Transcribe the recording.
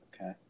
Okay